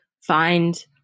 find